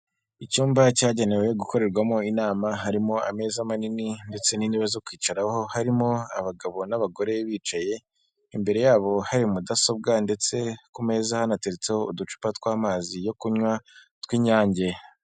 Icyumba cyagenewe gukorerwamo inama harimo ameza manini ndetse n'intebe zo kwicaraho harimo abagabo n'abagore bicaye, imbere yabo hari mudasobwa ndetse ku meza hanateretseho uducupa tw'amazi yo kunywa tw'inyange.